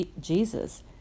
Jesus